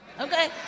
okay